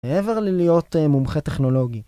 מעבר ללהיות מומחה טכנולוגי